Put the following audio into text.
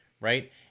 right